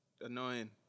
annoying